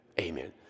Amen